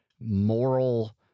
moral